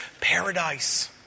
Paradise